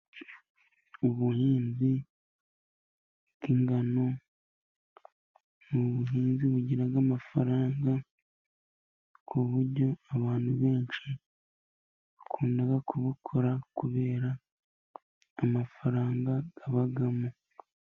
Ubuhinzi bw'ingano ni buhinzi bugira amafaranga ku buryo abantu benshi bakunda kubukora kubera amafaranga abamo.